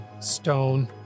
stone